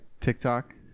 tiktok